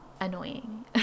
annoying